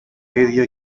ίδιο